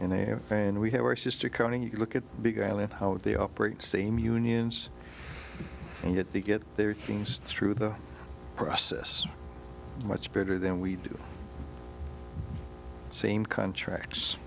have and we have our sister accounting you look at big island how they operate same unions and yet they get their things through the process much better than we do the same contracts